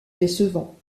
décevant